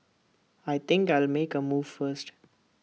I think I'll make A move first